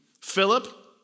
Philip